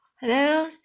hello